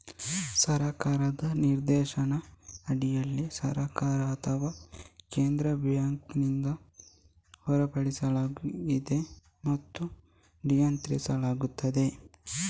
ಸರ್ಕಾರದ ನಿರ್ದೇಶನದ ಅಡಿಯಲ್ಲಿ ಸರ್ಕಾರ ಅಥವಾ ಕೇಂದ್ರ ಬ್ಯಾಂಕಿನಿಂದ ಹೊರಡಿಸಲಾಗಿದೆ ಮತ್ತು ನಿಯಂತ್ರಿಸಲಾಗುತ್ತದೆ